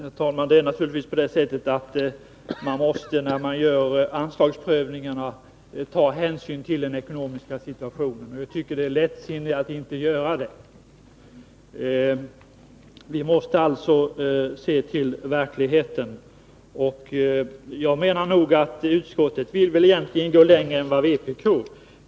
Herr talman! När man gör anslagsprövningarna måste man naturligtvis ta hänsyn till den totala ekonomiska situationen. Jag tycker det är lättsinnigt att inte göra det. Vi måste se till verkligheten, och jag menar att utskottet egentligen vill gå längre än vpk.